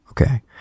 Okay